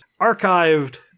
archived